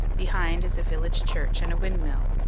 behind is a village church and a windmill.